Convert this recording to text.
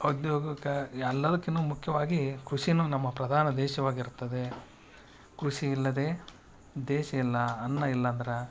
ಉದ್ಯೋಗಕ್ಕೆ ಎಲ್ಲಾದಕಿನು ಮುಖ್ಯವಾಗಿ ಕೃಷಿನೂ ನಮ್ಮ ಪ್ರಧಾನ ದೇಶವಾಗಿರುತ್ತದೆ ಕೃಷಿ ಇಲ್ಲದೆ ದೇಶ ಇಲ್ಲ ಅನ್ನ ಇಲ್ಲಂದರ